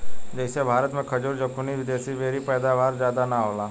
जइसे भारत मे खजूर, जूकीनी, विदेशी बेरी के पैदावार ज्यादा ना होला